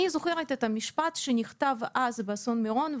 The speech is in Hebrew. אני זוכרת את המשפט שנכתב אז באסון מירון,